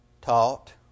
Taught